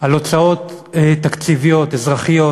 על הוצאות תקציביות אזרחיות,